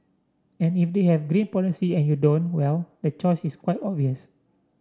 and if they have green policy and you don't well the choice is quite obvious